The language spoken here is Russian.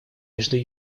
между